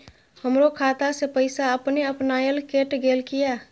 हमरो खाता से पैसा अपने अपनायल केट गेल किया?